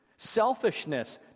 Selfishness